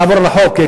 מלעבור על החוק.